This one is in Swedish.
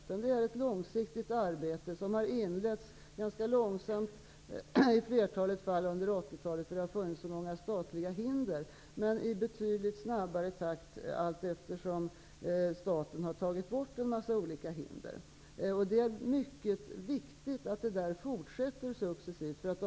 Detta är ett långsiktigt arbete som har inletts ganska långsamt, i flertalet fall under 80-talet, eftersom det har funnits så många statliga hinder, men det sker i betydligt snabbare takt allteftersom olika statliga hinder har tagits bort. Det är mycket viktigt att detta arbete successivt fortsätter.